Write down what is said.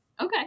Okay